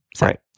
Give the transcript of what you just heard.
Right